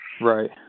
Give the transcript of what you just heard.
Right